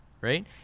right